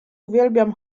uwielbiam